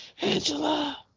Angela